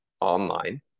Online